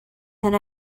and